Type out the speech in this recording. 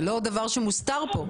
זה לא דבר שמוסתר כאן.